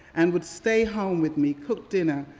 and would stay home with me, cook dinner,